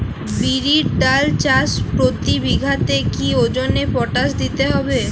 বিরির ডাল চাষ প্রতি বিঘাতে কি ওজনে পটাশ দিতে হবে?